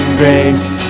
grace